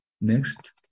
Next